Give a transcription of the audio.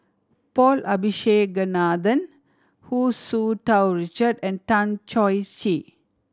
Paul Abisheganaden Hu Tsu Tau Richard and Tan Choh Tee